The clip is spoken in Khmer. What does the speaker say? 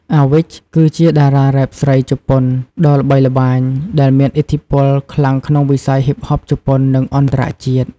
Awich គឺជាតារារ៉េបស្រីជប៉ុនដ៏ល្បីល្បាញ ដែលមានឥទ្ធិពលខ្លាំងក្នុងវិស័យហ៊ីបហបជប៉ុន និងអន្តរជាតិ។